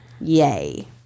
Yay